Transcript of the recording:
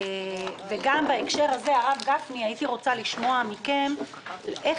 גם בהקשר הזה הייתי רוצה לשמוע מכם איך